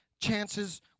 chances